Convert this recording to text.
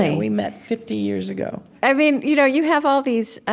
and we met fifty years ago i mean, you know you have all these